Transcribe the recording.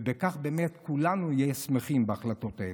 ובכך באמת כולנו נהיה שמחים בהחלטות האלה.